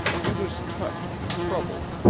he was touched and troubled.